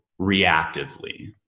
reactively